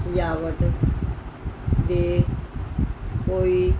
ਸਜਾਵਟ ਦੇ ਕੋਈ